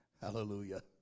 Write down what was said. Hallelujah